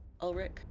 Ulrich